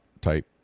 type